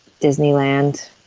Disneyland